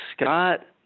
Scott